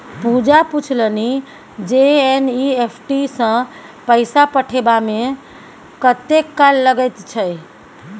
पूजा पूछलनि जे एन.ई.एफ.टी सँ पैसा पठेबामे कतेक काल लगैत छै